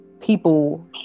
people